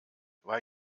weil